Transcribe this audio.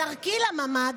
בדרכי לממ"ד,